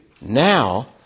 now